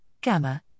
gamma